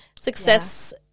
Success